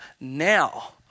now